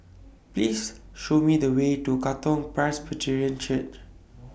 Please Show Me The Way to Katong Presbyterian Church